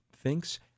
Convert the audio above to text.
thinks